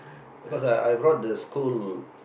because I I brought the school